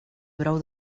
brou